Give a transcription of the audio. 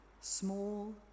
small